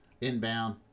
inbound